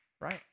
right